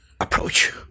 approach